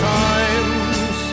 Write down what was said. times